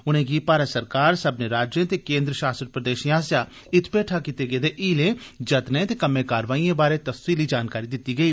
उनेंगी भारत सरकार सब्बनें राज्यें ते केन्द्र शासित प्रदेशें आस्सेआ इत्त भेठा कीते गेदे हीलें जतनें दे कम्में कारवाइएं बारै तफसीली जानकारी दिती गेई